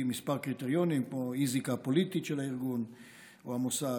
מספר קריטריונים כמו אי-זיקה פוליטית של הארגון או המוסד,